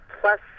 plus